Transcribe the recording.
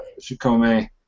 Shikome